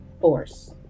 force